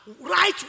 right